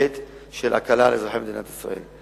להיבט של הקלה על אזרחי מדינת ישראל.